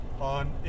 on